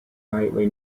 nightly